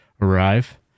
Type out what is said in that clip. arrive